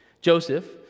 Joseph